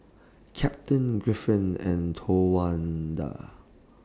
Captain and Towanda